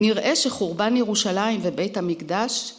נראה שחורבן ירושלים ובית המקדש